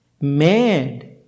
mad